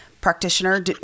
practitioner